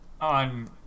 On